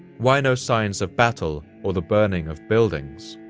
why no signs of battle or the burning of buildings?